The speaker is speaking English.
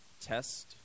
test